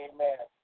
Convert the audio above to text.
Amen